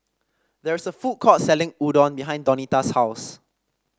there is a food court selling Udon behind Donita's house